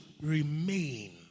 remain